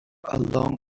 along